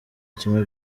kimwe